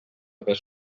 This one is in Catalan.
haver